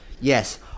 yes